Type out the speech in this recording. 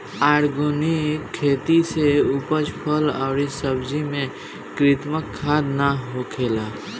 organic खेती से उपजल फल अउरी सब्जी में कृत्रिम खाद ना होखेला